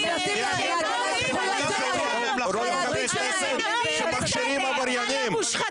רואים חברי כנסת שמכשירים עבריינים.